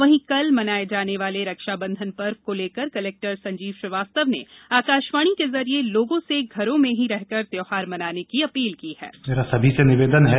वहीं कल मनाये जाने वाले रक्षाबंधन पर्व को लेकर कलेक्टर संजीव श्रीवास्तव ने आकाशवाणी के जरिए लोंगो से घरो में ही रहकर त्यौहार मनाने की अपील की है